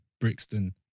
Brixton